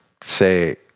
say